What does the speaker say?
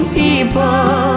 people